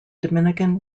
dominican